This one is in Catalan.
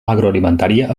agroalimentària